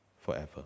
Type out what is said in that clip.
forever